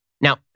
Now